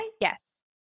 Yes